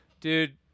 dude